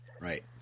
Right